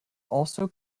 also